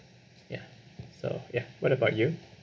ya so ya what about you